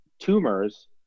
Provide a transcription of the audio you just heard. tumors